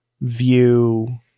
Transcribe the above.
view